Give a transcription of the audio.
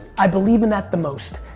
i believe in that the most.